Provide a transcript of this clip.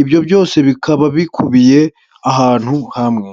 ibyo byose bikaba bikubiye ahantu hamwe.